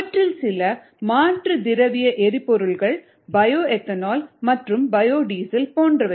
அவற்றில் சில மாற்று திரவ எரிபொருள்கள் பயோ எத்தனால் மற்றும் பயோ டீசல் போன்றவை